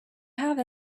have